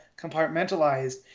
compartmentalized